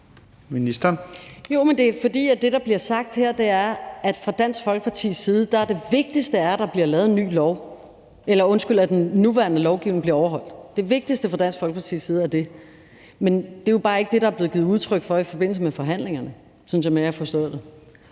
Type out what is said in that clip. sagt her, er, at fra Dansk Folkepartis side er det vigtigste, at den nuværende lovgivning bliver overholdt. Det er det vigtigste for Dansk Folkeparti. Men det er jo bare ikke det, der er blevet givet udtryk for i forbindelse med forhandlingerne,